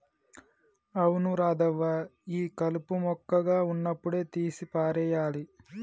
అవును రాధవ్వ ఈ కలుపు మొక్కగా ఉన్నప్పుడే తీసి పారేయాలి